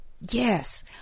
Yes